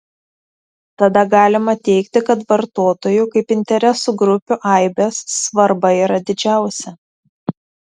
tada galima teigti kad vartotojų kaip interesų grupių aibės svarba yra didžiausia